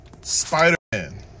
Spider-Man